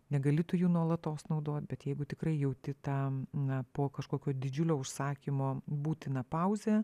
negali tu jų nuolatos naudot bet jeigu tikrai jauti tam na po kažkokio didžiulio užsakymo būtiną pauzę